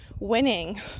winning